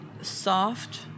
soft